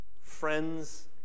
friends